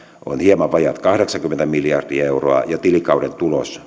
on hieman vajaat kahdeksankymmentä miljardia euroa ja tilikauden tulos